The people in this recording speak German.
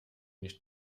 nicht